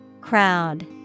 Crowd